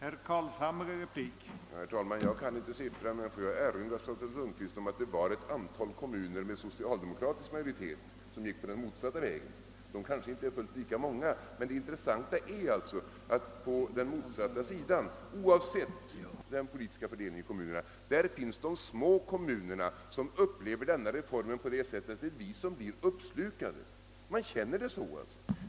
Herr talman! Jag kan inte siffran, men jag får erinra statsrådet Lundkvist om att ett antal kommuner med socialdemokratisk majoritet gick den motsatta vägen. De kanske inte är fullt lika många. Men det intressanta är att på den motsatta sidan, oavsett den politiska fördelningen i kommunerna, finns de små kommunerna som upplever denna reform så, att de blir uppslukade. Man känner det så.